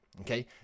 okay